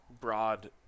broad